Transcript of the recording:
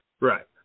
Right